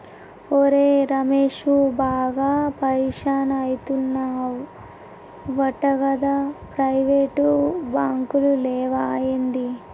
ఒరే రమేశూ, బాగా పరిషాన్ అయితున్నవటగదా, ప్రైవేటు బాంకులు లేవా ఏంది